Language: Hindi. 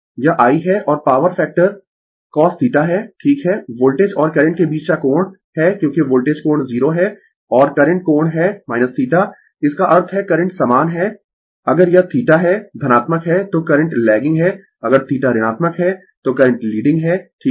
यह I है और पॉवर फैक्टर cosθ है ठीक है वोल्टेज और करंट के बीच का कोण है क्योंकि वोल्टेज कोण 0 है और करंट कोण है θ इसका अर्थ है करंट समान है अगर यह θ है धनात्मक है तो करंट लैगिंग है अगर θ ऋणात्मक है तो करंट लीडिंग है ठीक है